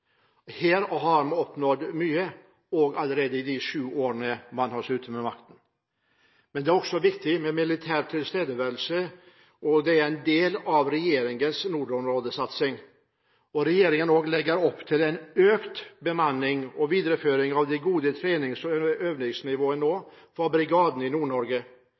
Her har vi oppnådd mye allerede i de sju årene vi har sittet med makten. Men det er også viktig med militær tilstedeværelse, og det er en del av regjeringens nordområdesatsing. Regjeringen legger nå også opp til en økt bemanning og videreføring av det gode trenings- og øvingsnivået for brigadene i